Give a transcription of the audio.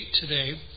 today